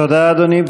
תודה, אדוני.